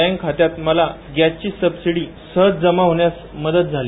back खात्यात मला गॅसची सबसिडी सहज जमा होण्यास मदत झाली